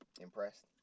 impressed